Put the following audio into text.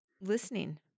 listening